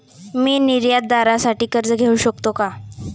मी निर्यातदारासाठी कर्ज घेऊ शकतो का?